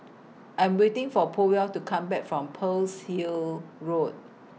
I Am waiting For Powell to Come Back from Pearl's Hill Road